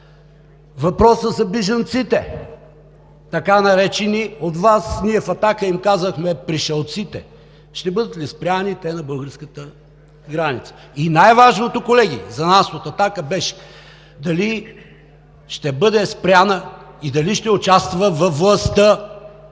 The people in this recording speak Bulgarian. Въпросът за бежанците, така наречени от Вас, ние в „Атака“ им казвахме „пришълците“: ще бъдат ли спрени те на българската граница? И най-важното, колеги, за нас от „Атака“ беше дали ще бъде спряна и дали ще участва във властта